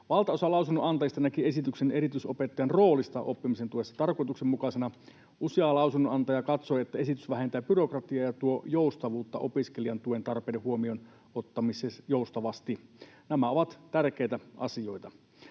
Valtaosa lausunnonantajista näki esityksen erityisopettajan roolista oppimisen tuessa tarkoituksenmukaisena. Usea lausunnonantaja katsoi, että esitys vähentää byrokratiaa ja tuo joustavuutta opiskelijan tuen tarpeiden huomioon ottamisessa joustavasti. Nämä ovat tärkeitä asioita.